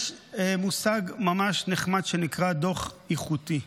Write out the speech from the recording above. יש מושג ממש נחמד, שנקרא "דוח איכותי".